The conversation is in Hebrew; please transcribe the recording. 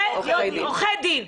עורכי דין.